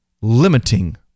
limiting